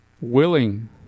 Willing